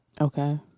Okay